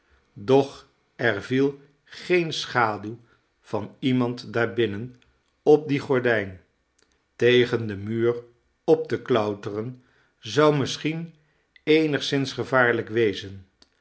doch er viel geene schaduw van iemand daar binnen op die gordijn tegen den muur op te klouteren zou misschien eenigszins gevaarlijk wezen